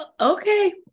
Okay